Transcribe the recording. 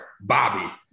Bobby